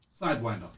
Sidewinder